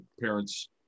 parents